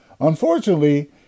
Unfortunately